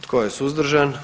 Tko je suzdržan?